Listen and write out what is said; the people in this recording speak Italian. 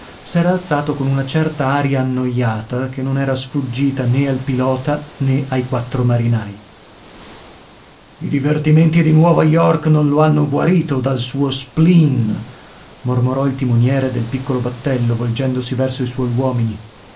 nessuno s'era alzato con una certa aria annoiata che non era sfuggita né al pilota né ai quattro marinai i divertimenti di nuova york non lo hanno guarito dal suo spleen mormorò il timoniere del piccolo battello volgendosi verso i suoi uomini